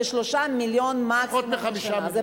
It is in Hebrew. זה 3 מיליון מקסימום בשנה.